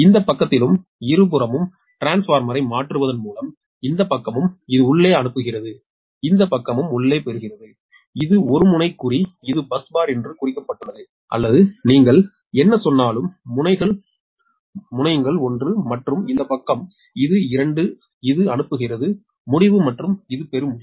இந்த பக்கத்திலும் இருபுறமும் டிரான்ஸ்பார்மரை மாற்றுவதன் மூலம் இந்த பக்கமும் இது உள்ளே அனுப்புகிறது இந்த பக்கமும் உள்ளே பெறுகிறது இது ஒரு முனை குறி இது பஸ் பார் என்று குறிக்கப்பட்டுள்ளது அல்லது நீங்கள் என்ன சொன்னாலும் முனையுங்கள் 1 மற்றும் இந்த பக்கம் இது 2 இது அனுப்புகிறது முடிவு மற்றும் இது பெறும் முடிவு